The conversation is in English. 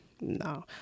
No